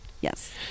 yes